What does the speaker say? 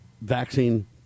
vaccine